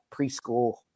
preschool